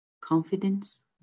Confidence